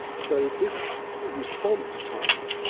so this response time,